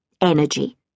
energy